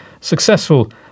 successful